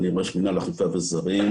ואני ראש מינהל אכיפה וזרים,